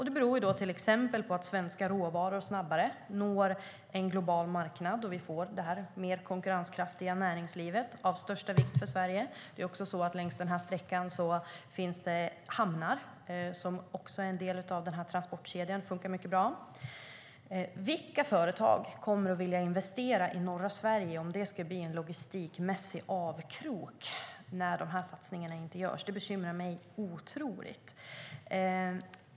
Det beror till exempel på att svenska råvaror då snabbare når en global marknad och vi får det mer konkurrenskraftiga näringsliv som är av största vikt för Sverige. Längs sträckan finns det hamnar som också är en del av den här transportkedjan. Det funkar mycket bra. Vilka företag kommer att vilja investera i norra Sverige, som blir en logistikmässig avkrok om de här satsningarna inte görs? Det bekymrar mig otroligt.